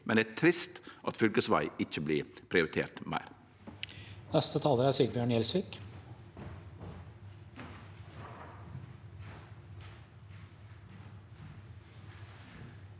Men det er trist at fylkesveg ikkje vert prioritert